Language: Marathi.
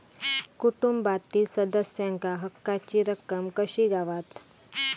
कुटुंबातील सदस्यांका हक्काची रक्कम कशी गावात?